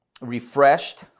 refreshed